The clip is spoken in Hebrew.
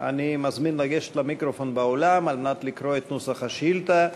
אני מזמין לגשת למיקרופון באולם כדי לקרוא את נוסח השאילתה.